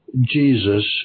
Jesus